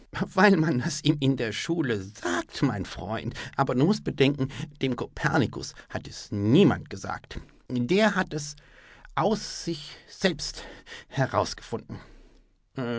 weil man es ihm in der schule sagt mein freund aber du mußt bedenken dem kopernikus hat es niemand gesagt der hat es aus sich selbst heraus